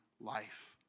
life